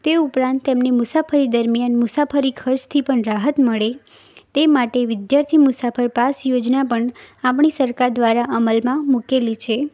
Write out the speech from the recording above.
તે ઉપરાંત તેમને મુસાફરી દરમિયાન મુસાફરી ખર્ચથી પણ રાહત મળે તે માટે વિદ્યાર્થી મુસાફર પાસ યોજના પણ આપણી સરકાર દ્વારા અમલમાં મૂકેલી છે